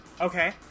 Okay